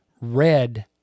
red